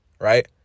right